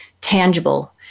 tangible